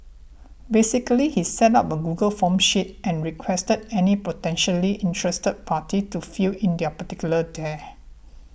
basically he set up a Google Forms sheet and requested any potentially interested parties to fill in their particulars there